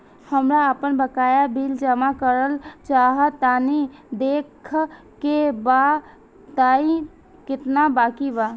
हमरा आपन बाकया बिल जमा करल चाह तनि देखऽ के बा ताई केतना बाकि बा?